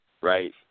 right